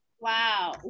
wow